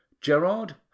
Gerard